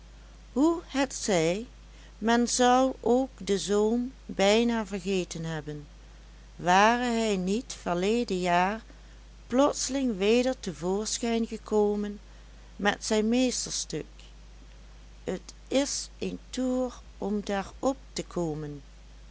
hoe het zij men zou ook de zoom bijna vergeten hebben ware hij niet verleden jaar plotseling weder te voorschijn gekomen met zijn meesterstuk t is een toer om der op te komen